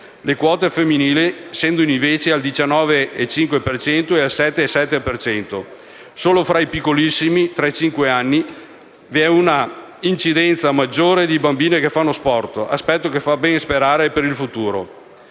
le quote femminili scendono invece a 19,5 per cento e a 7,7 per cento. Solo fra i piccolissimi (tre, cinque anni) vi è un'incidenza maggiore di bambine che fanno sport, aspetto che fa ben sperare per il futuro.